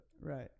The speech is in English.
Right